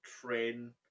train